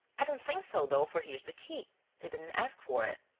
i don't think so, though, for here's the key they didn't ask for it.